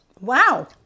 Wow